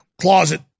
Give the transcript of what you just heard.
closet